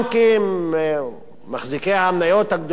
מחזיקי המניות הגדולים בבנקים,